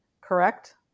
correct